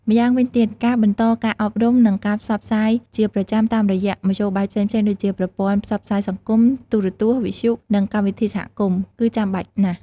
យ៉ាងវិញទៀត ការបន្តការអប់រំ និងការផ្សព្វផ្សាយជាប្រចាំតាមរយៈមធ្យោបាយផ្សេងៗដូចជា ប្រព័ន្ធផ្សព្វផ្សាយសង្គម ទូរទស្សន៍ វិទ្យុ និងកម្មវិធីសហគមន៍ គឺចាំបាច់ណាស់។